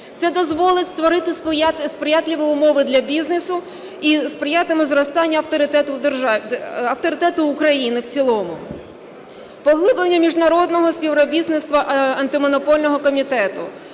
Це дозволить створити сприятливі умови для бізнесу і сприятиме зростанню авторитету України в цілому. Поглиблення міжнародного співробітництва Антимонопольного комітету.